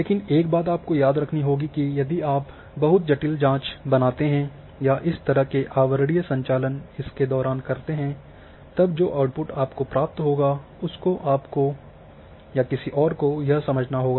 लेकिन एक बात याद रखनी होगी कि यदि आप बहुत जटिल जाँच बनाते हैं या इस तरह के आवरणीय संचालन इसके दौरान करते हैं तब जो आउटपुट आपको प्राप्त होगा उसको आपको या किसी और को यह समझना होगा